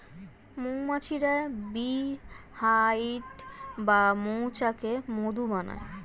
মৌমাছিরা bee hive বা মৌচাকে মধু বানায়